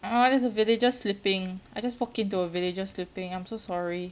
!wah! there's a villager sleeping I just walked into a villager sleeping I'm so sorry